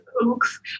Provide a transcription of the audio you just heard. looks